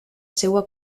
seua